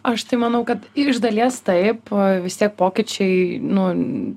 aš tai manau kad iš dalies taip vis tiek pokyčiai nu